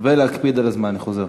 אני חוזר,